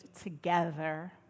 together